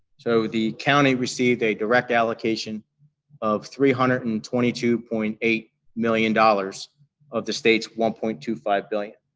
so, the county received a direct allocation of three hundred and twenty two point eight million dollars of the state's one point two five billion.